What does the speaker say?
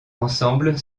ensemble